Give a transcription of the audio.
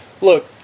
Look